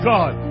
God